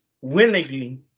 willingly